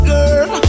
Girl